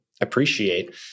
appreciate